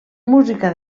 música